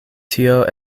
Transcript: tio